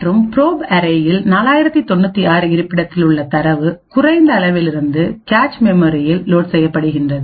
மற்றும் ப்ரோப் அரேயில் 4096 இருப்பிடத்தில் உள்ள தரவுகுறைந்த அளவிலிருந்து கேச் மெமரியில் லோட் செய்யப்படுகின்றது